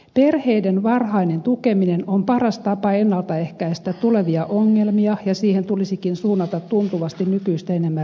perheiden varhainen tukeminen on paras tapa ennalta ehkäistä tulevia ongelmia ja siihen tulisikin suunnata tuntuvasti nykyistä enemmän resursseja